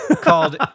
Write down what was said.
called